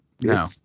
no